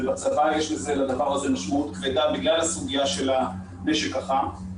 ובצבא יש לדבר הזה משמעות כבדה בגלל הסוגיה של הנשק החם.